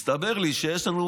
מסתבר לי שיש לנו